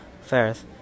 First